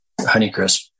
Honeycrisp